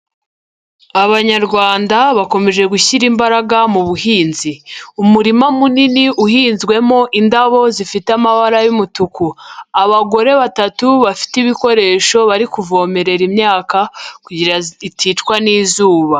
Abanyarwanda bakomeje gushyira imbaraga mu buhinzi. Umurima munini uhinzwemo indabo zifite amabara y'umutuku, abagore batatu bafite ibikoresho bari kuvomerera imyaka kugira iticwa n'izuba.